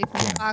כן.